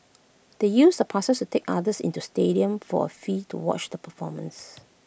they used the passes to take others into the stadium for A fee to watch the performance